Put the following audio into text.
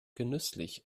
genüsslich